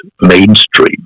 mainstream